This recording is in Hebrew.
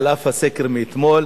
על אף הסקר מאתמול: